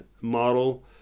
model